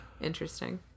interesting